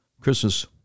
Christmas